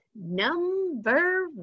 number